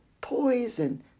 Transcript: poison